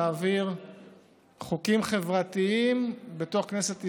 להעביר חוקים חברתיים בתוך כנסת ישראל.